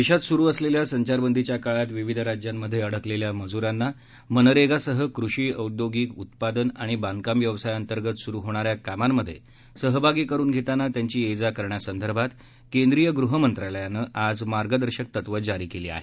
देशात सूरु असलेल्या संचारबंदीच्या काळात विविध राज्यांमध्ये अडकलेल्या मजूरांना मनरेगासह कृषी औद्योगिक उत्पादन आणि बांधकाम व्यवसायाअंतर्गत सुरू होणाऱ्या कामांमध्ये सहभागी करून घेताना त्यांची ये जा करण्यासंदर्भात केंद्रीय गृहमंत्रालयानं आज मार्गदर्शक तत्व जारी केली आहेत